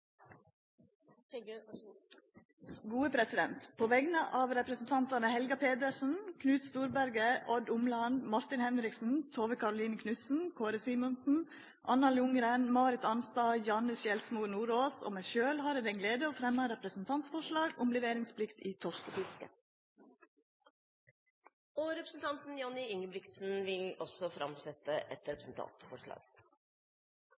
På vegner av representantane Helga Pedersen, Knut Storberget, Odd Omland, Martin Henriksen, Tove Karoline Knutsen, Kåre Simensen, Anna Ljunggren, Marit Arnstad, Janne Sjelmo Nordås og meg sjølv har eg gleda av å fremma eit representantforslag om leveringsplikt i torskefisket. Representanten Johnny Ingebrigtsen vil også framsette et